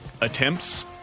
attempts